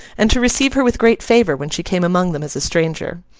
and to receive her with great favour when she came among them as a stranger.